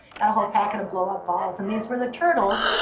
got a whole packet of blow-up balls. and these were the turtles.